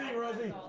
rosie?